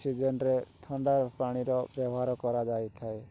ସିଜିନ୍ରେ ଥଣ୍ଡା ପାଣିର ବ୍ୟବହାର କରାଯାଇଥାଏ